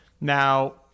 Now